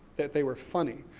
that they were funny.